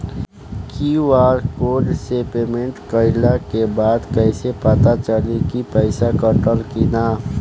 QR code से payment कईला के बाद कईसे पता चली की पैसा कटल की ना?